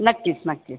नक्कीच नक्की